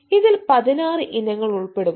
ഇതിൽ പതിനാറ് ഇനങ്ങൾ ഉൾപ്പെടുന്നു